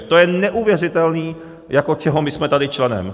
To je neuvěřitelné, čeho my jsme tady členem!